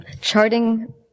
Charting